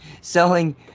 selling